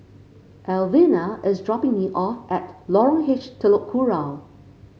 Elvina is dropping me off at Lorong H Telok Kurau